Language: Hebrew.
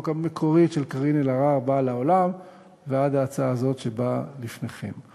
המקורית של קארין אלהרר באה לעולם ועד הצעת החוק הזאת שבאה לפניכם.